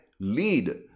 lead